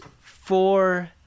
four